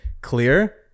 Clear